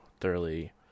Thoroughly